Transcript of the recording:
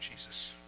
Jesus